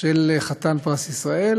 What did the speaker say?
של חתן פרס ישראל,